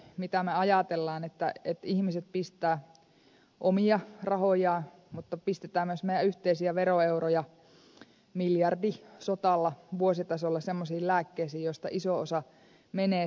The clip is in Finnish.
mitä me ajattelemme siitä että ihmiset pistävät omia rahojaan mutta pistetään myös meidän yhteisiä veroeurojamme miljardisotalla vuositasolla semmoisiin lääkkeisiin joista iso osa menee sitten tuonne hävitettäväksi lääkejätteen mukana